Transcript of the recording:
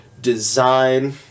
design